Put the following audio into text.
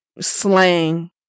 slang